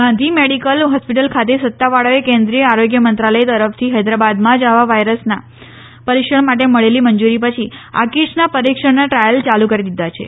Gandhi medical hospital ખાતે સત્તાવાળાઓએ કેન્દ્રીય આરોગ્ય મંત્રાલથ તરફથી હૈદરાબાદમાં જ આ વાયરસના પરીક્ષણ માટે મળેલી મંજુરી પછી આ કીટસના પરીક્ષણના ટ્રાયલ ચાલુ કરી દીધા છે